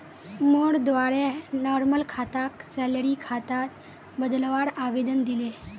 मोर द्वारे नॉर्मल खाताक सैलरी खातात बदलवार आवेदन दिले